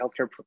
healthcare